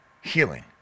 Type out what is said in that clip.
healing